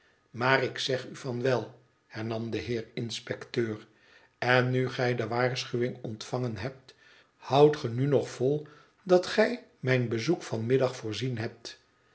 maar ik zeg u van wel hernam de heer inspecteur n nu gij de waarschuwing ontvangen hebt houdt ge nu nog vol dat gij mijn bezoek van middag voorzien hebt